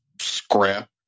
scrap